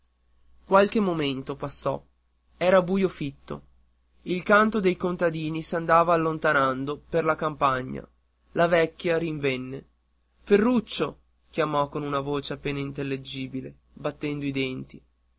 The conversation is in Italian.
qualche momento passò era buio fitto il canto dei contadini s'andava allontanando per la campagna la vecchia rinvenne ferruccio chiamò con voce appena intelligibile battendo i denti